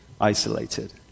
isolated